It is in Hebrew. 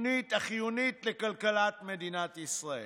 החיונית לכלכלת מדינת ישראל.